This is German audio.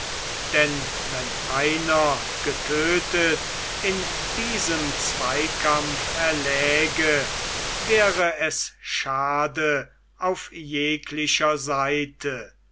denn wenn einer getötet in diesem zweikampf erläge wäre es schade auf jeglicher seite